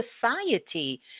Society